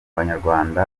abanyarwanda